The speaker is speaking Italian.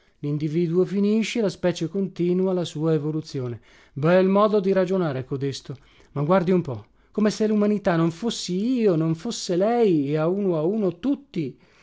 lindividuo finisce la specie continua la sua evoluzione bel modo di ragionare codesto ma guardi un po come se lumanità non fossi io non fosse lei e a uno a uno tutti